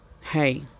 hey